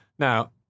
Now